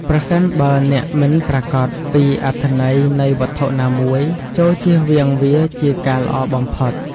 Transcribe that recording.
ប្រសិនបើអ្នកមិនប្រាកដពីអត្ថន័យនៃវត្ថុណាមួយ ចូរជៀសវាងវាជាការល្អបំផុត។